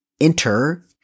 enter